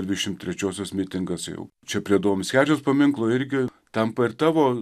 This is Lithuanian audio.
ir dvidešimt trečiosios mitingas jau čia prie adomo mickevičiaus paminklo irgi tampa ir tavo